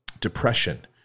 depression